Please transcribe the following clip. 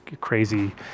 crazy